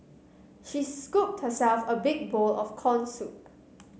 she scooped herself a big bowl of corn soup